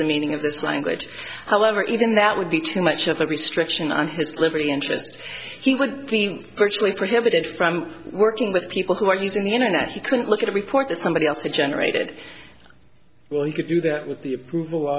meaning of this language however even that would be too much of a restriction on his liberty interest he would virtually prohibited from working with people who are using the internet he couldn't look at a report that somebody else it generated well you could do that with the approval